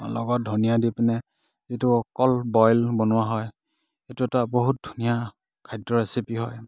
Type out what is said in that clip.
লগত ধনিয়া দি পিনে যিটো অকল বইল বনোৱা হয় সেইটো এটা বহুত ধুনীয়া খাদ্য ৰেচিপি হয়